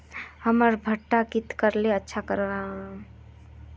हमर भुट्टा की करले अच्छा राब?